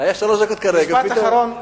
משפט אחרון,